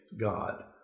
God